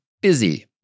busy